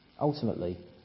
Ultimately